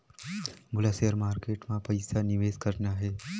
मोला share market मां पइसा निवेश करना हे?